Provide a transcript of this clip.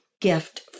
gift